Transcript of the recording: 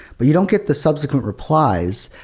but you don't get the subsequent replies,